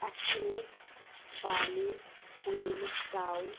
Athens Bali queens town